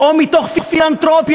או מתוך פילנתרופיה,